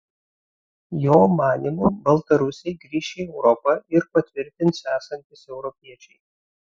jo manymu baltarusiai grįš į europą ir patvirtins esantys europiečiai